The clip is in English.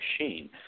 machine